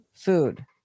food